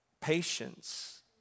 Patience